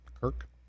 Kirk